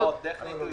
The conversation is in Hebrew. לא, לא.